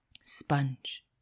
Sponge